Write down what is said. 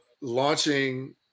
launching